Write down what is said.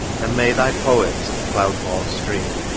and may thy poet, cloud-born stream!